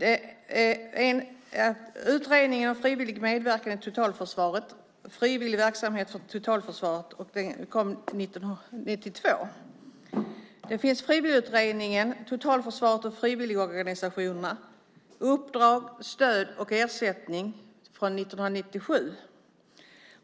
Det är Utredningen om frivillig medverkan i totalförsvaret , om frivilligverksamhet för totalförsvaret från 1992. Där finns också Frivilligutredningen, Totalförsvaret och frivilligorganisationerna - uppdrag, stöd och ersättning , från 1997.